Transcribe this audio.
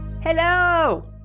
Hello